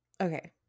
Okay